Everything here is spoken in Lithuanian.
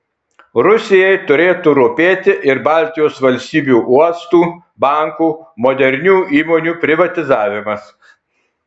rusijai turėtų rūpėti ir baltijos valstybių uostų bankų modernių įmonių privatizavimas